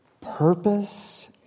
purpose